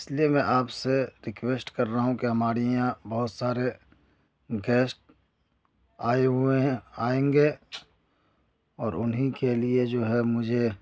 اس لیے میں آپ سے ریکویسٹ کر رہا ہوں کہ ہمارے یہاں بہت سارے گیسٹ آئے ہوئے ہیں آئیں گے اور انہیں کے لیے جو ہے مجھے